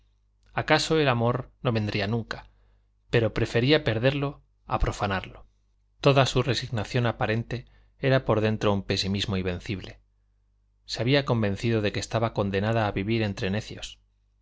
acaso el amor no vendría nunca pero prefería perderlo a profanarlo toda su resignación aparente era por dentro un pesimismo invencible se había convencido de que estaba condenada a vivir entre necios